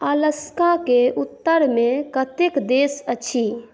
अलास्काके उत्तरमे कतेक देश अछि